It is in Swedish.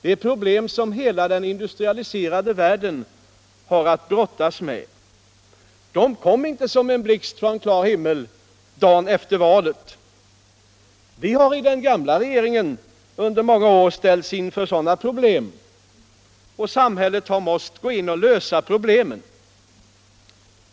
Det är problem som hela den industrialiserade världen har att brottas med. De kom inte som en blixt från klar himmel dagen efter valet. Vi har i den gamla regeringen under många år ställts inför sådana problem, och samhället har måst gå in och lösa problemen.